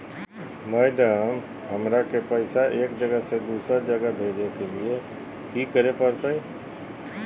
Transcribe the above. Madam, हमरा के पैसा एक जगह से दुसर जगह भेजे के लिए की की करे परते?